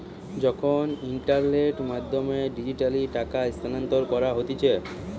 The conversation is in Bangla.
যখন ইন্টারনেটের মাধ্যমে ডিজিটালি টাকা স্থানান্তর করা হতিছে